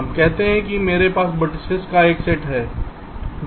हम कहते हैं मेरे पास फिर से वेर्तिसेस का एक सेट है